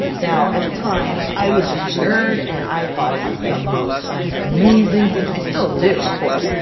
now at the time i was just a nerd, and i thought it was the most amazing thing, i still do of course,